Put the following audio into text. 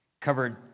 covered